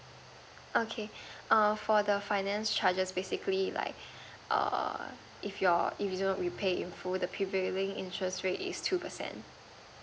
okay err for the finance charges basically like err if you're isn't repay in full the prevailing interest rate is two percent